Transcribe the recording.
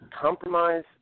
compromise